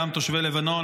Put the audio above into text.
גם תושבי לבנון,